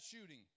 shooting